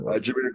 Jimmy